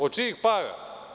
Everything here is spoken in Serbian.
Od čijih para?